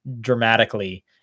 dramatically